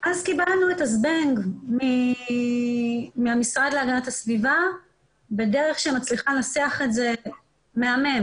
ואז קיבלנו את הזבנג מהמשרד להגנת הסביבה בדרך שמצליחה לנסח את זה מהמם,